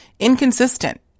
Inconsistent